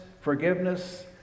forgiveness